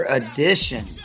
edition